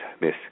Miss